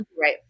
Right